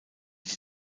die